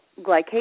glycation